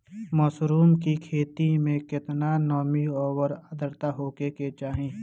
Mushroom की खेती में केतना नमी और आद्रता होखे के चाही?